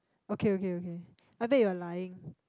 okay okay okay I think you're lying